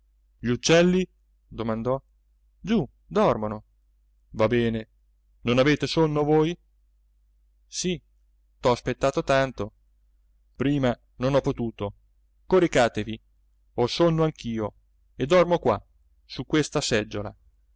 gli uccelli domandò giù dormono va bene non avete sonno voi sì t'ho aspettato tanto prima non ho potuto coricatevi ho sonno anch'io e dormo qua su questa seggiola